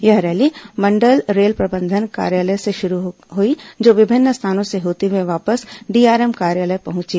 यह रैली मंडल रेल प्रबंधन कार्यालय से शरू हई जो विभिन्न स्थानों से होते हुए वापस डीआरएम कार्यालय पहुंची